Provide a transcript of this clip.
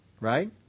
Right